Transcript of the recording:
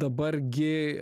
dabar gi